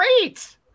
great